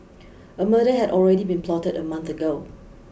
a murder had already been plotted a month ago